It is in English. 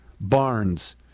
Barnes